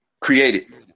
Created